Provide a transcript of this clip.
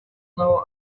naho